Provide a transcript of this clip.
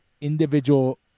individual